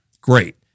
great